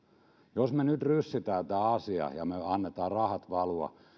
jos me nyt ryssimme tämän asian ja me annamme rahojen valua